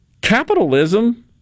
capitalism